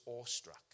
awestruck